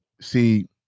see